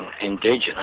Indigenous